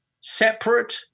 separate